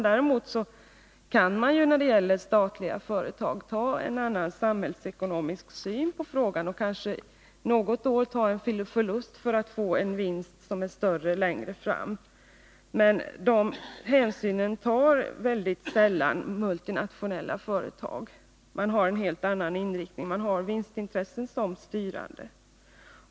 Däremot kan man när det gäller statliga företag ha en annan samhällsekonomisk syn på frågorna och något år ta en förlust för att få en större vinst längre fram. Men de hänsynen tar multinationella företag mycket sällan. De har en helt annan inriktning — vinstintressena är styrande.